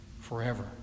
forever